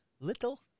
little